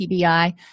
TBI